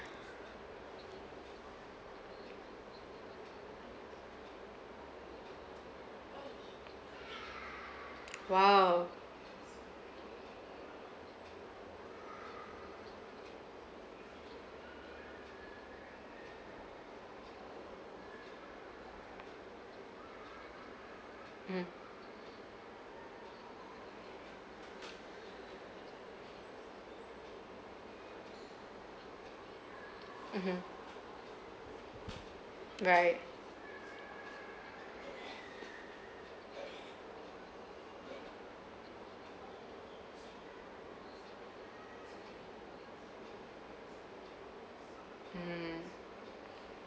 !wow! mmhmm mmhmm right mm